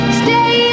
stay